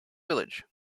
village